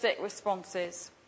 responses